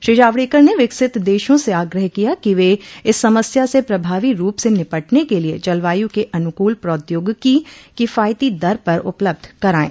श्री जावड़ेकर ने विकसित देशों से आग्रह किया कि वे इस समस्या से प्रभावी रूप से निपटने के लिए जलवायू के अनुकूल प्रौद्योगिकी किफायती दर पर उपलब्ध कराएं